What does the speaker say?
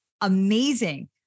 amazing